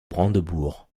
brandebourg